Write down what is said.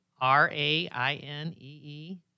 R-A-I-N-E-E